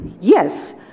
yes